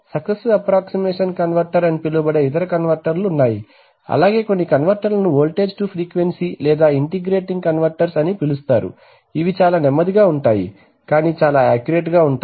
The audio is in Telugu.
సస్క్సెసివ్ అప్రాక్సీమేషన్ కన్వర్టర్ అని పిలువబడే ఇతర కన్వర్టర్లు ఉన్నాయి అలాగే కొన్ని కన్వర్టర్లను వోల్టేజ్ టు ఫ్రీక్వెన్సీ లేదా ఇంటిగ్రేటింగ్ కన్వర్టర్స్ అని పిలుస్తారు ఇవి చాలా నెమ్మదిగా ఉంటాయి కానీ చాలా యాక్యురేట్ గా ఉంటాయి